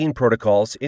protocols